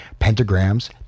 pentagrams